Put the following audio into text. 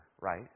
right